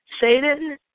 Satan